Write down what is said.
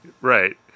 right